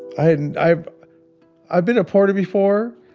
and i've i've been a porter before,